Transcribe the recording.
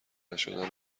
نشدن